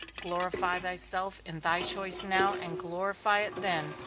glorify thyself in thy choice now, and glorify it then,